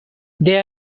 they